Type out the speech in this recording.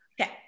Okay